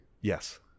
Yes